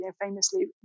famously